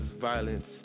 violence